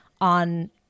on